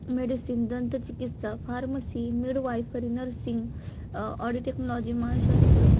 medicine दंतचिकित्सा pharmacy midwifery nursing audio technology महानशास्त्र